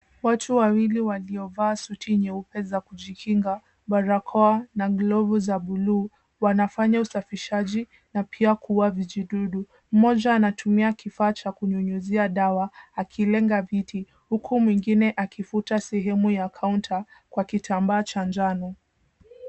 Watu wawili waliovaa suti nyeupe za kujikinga, barakoa na glovu za bluu, wanafanya usafishaji na pia kuua vijidudu. Mmoja anatumia kifaa cha kunyunyuzia dawa akilenga viti huku mwingine akifuta sehemu ya kaunta kwa kitambaa cha njano.